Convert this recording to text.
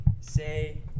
say